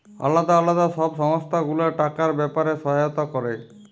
আলদা আলদা সব সংস্থা গুলা টাকার ব্যাপারে সহায়তা ক্যরে